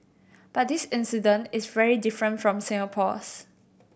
but this incident is very different from Singapore's